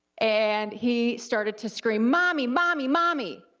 and he started to screaming mommy, mommy, mommy,